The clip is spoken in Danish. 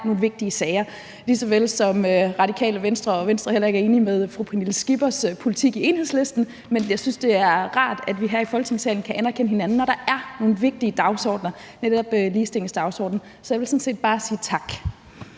nogle vigtige sager, lige såvel som Radikale Venstre og Venstre heller ikke er enige i fru Pernille Skippers politik i Enhedslisten. Men jeg synes, det er rart, at vi her i Folketingssalen kan anerkende hinanden, når der er nogle vigtige dagsordener som netop ligestillingsdagsorden. Så jeg vil sådan set bare sige tak.